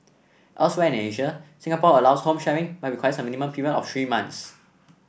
elsewhere in Asia Singapore allows home sharing but requires a minimum period of three months